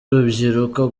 urubyiruko